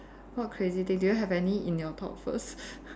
what crazy things do you have any in your thoughts first